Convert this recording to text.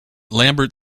lambert